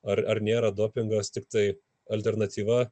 ar ar nėra dopingas tiktai alternatyva